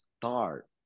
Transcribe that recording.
start